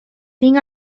tinc